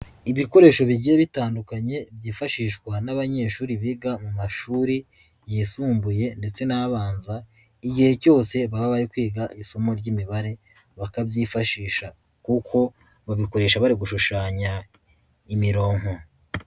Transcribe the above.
Ibikoresho bigiye bitandukanye byifashishwa n'abanyeshuri biga mu mashuri yisumbuye ndetse n' abanza igihe cyose baba bari kwiga isomo ry'imibare bakabyifashisha kuko babikoresha bari gushushanya imironko.